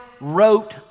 wrote